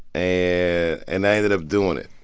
and yeah and i ended up doing it.